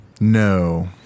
No